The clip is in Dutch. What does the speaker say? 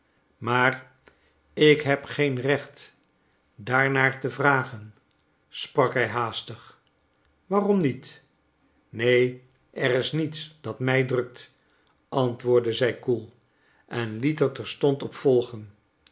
maar ik heb geen recht daarnaar te vragen sprak hij haastig waarom niet neen er is niets dat mij drukt antwoordde zij koel en liet er terstond op volgen